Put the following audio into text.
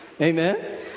Amen